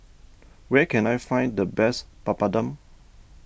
where can I find the best Papadum